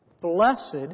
Blessed